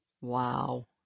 Wow